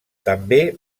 també